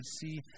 see